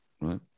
Right